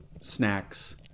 snacks